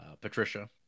Patricia